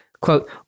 Quote